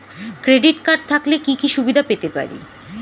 Credit card থাকলে কি কি সুবিধা পেতে পারি?